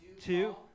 two